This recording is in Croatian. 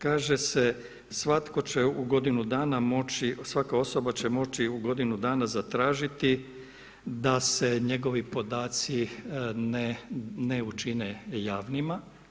Kaže se, svatko će u godinu dana moći, svaka osoba će moći u godinu dana zatražiti da se njegovi podaci ne učine javnima.